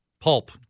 Pulp